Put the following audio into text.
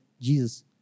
Jesus